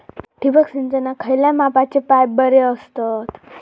ठिबक सिंचनाक खयल्या मापाचे पाईप बरे असतत?